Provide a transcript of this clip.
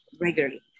regularly